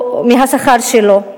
ומהשכר שלו.